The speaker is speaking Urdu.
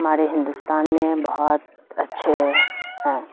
ہمارے ہندوستان میں بہت اچھے ہیں